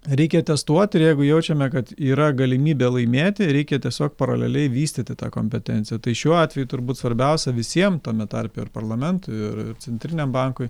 reikia testuoti ir jeigu jaučiame kad yra galimybė laimėti reikia tiesiog paraleliai vystyti tą kompetenciją tai šiuo atveju turbūt svarbiausia visiems tame tarpe ir parlamentui ir centriniam bankui